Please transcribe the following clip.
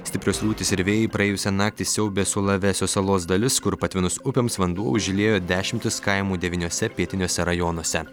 stiprios liūtys ir vėjai praėjusią naktį siaubė sulavesio salos dalis kur patvinus upėms vanduo užliejo dešimtis kaimų devyniuose pietiniuose rajonuose